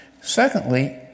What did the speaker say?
Secondly